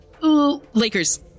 Lakers